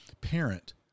parent